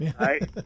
right